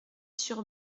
sur